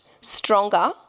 stronger